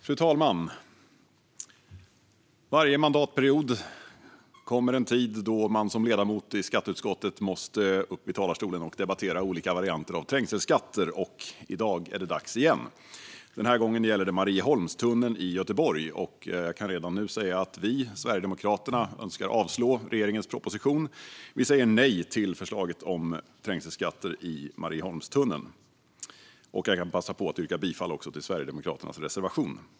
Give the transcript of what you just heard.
Fru talman! Varje mandatperiod kommer det en tidpunkt då man som ledamot i skatteutskottet måste upp i talarstolen och debattera olika varianter av trängselskatter. I dag är det dags igen. Den här gången gäller det Marieholmstunneln i Göteborg. Jag kan redan nu säga att vi sverigedemokrater önskar avslå regeringens proposition. Vi säger nej till förslaget om trängselskatter i Marieholmstunneln. Jag vill också passa på att yrka bifall till Sverigedemokraternas reservation.